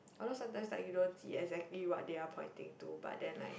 although sometimes like you don't see exactly what they are pointing to but then like